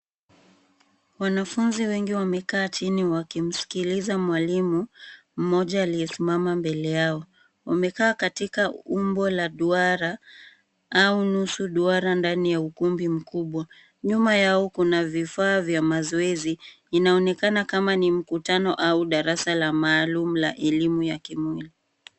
Wanafunzi wengi wamekaa chini wakimsikiliza mwalimu mmoja aliyesimama mbele yao. Wamekaa katika umbo la duara au nusu duara ndani ya ukumbi mkubwa. Nyuma yao kuna vifaa vya mazoezi. Inaonekana kama ni mkutano au darasa la maalum la elimu ya kimwili.